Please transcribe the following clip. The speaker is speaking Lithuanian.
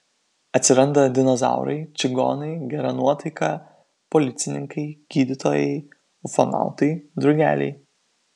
atsiranda dinozaurai čigonai gera nuotaika policininkai gydytojai ufonautai drugeliai